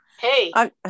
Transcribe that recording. Hey